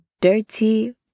dirty